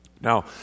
Now